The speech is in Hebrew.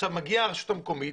מגיעה הרשות המקומית,